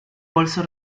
bolso